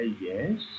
Yes